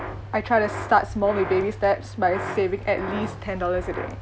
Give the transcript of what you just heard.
I try to start small with baby steps by saving at least ten dollars a day